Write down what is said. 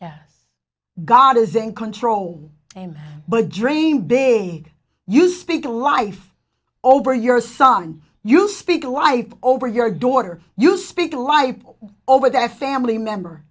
yet god is in control and but dream big you speak a life over your son you speak a wife over your daughter you speak a life over that family member